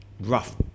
rough